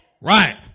right